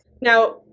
Now